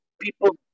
people